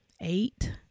eight